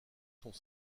sont